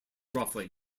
roughly